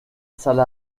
salle